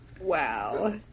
Wow